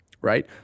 right